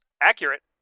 accurate